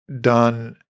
done